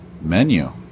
menu